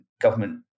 government